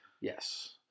Yes